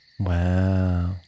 Wow